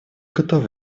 готов